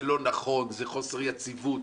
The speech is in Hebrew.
זה לא נכון, זה חוסר יציבות,